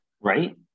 right